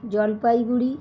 Jalpaiguri